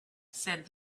said